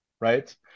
right